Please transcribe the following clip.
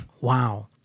Wow